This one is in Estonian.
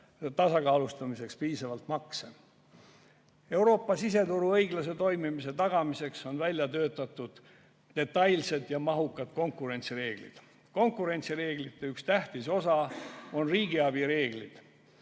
tasakaalustamiseks piisavalt makse. Euroopa siseturu õiglase toimimise tagamiseks on välja töötatud detailsed ja mahukad konkurentsireeglid. Konkurentsireeglite üks tähtis osa on riigiabireeglid.